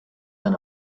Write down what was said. than